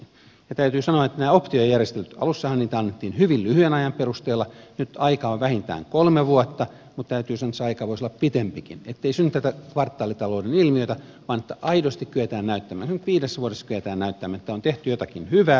ja täytyy sanoa että näissä optiojärjestelyissä alussahan niitä annettiin hyvin lyhyen ajan perusteella nyt aika on vähintään kolme vuotta se aika voisi olla pitempikin ettei synny tätä kvartaalitalouden ilmiötä vaan että aidosti kyetään näyttämään esimerkiksi nyt viidessä vuodessa kyetään näyttämään että on tehty jotakin hyvää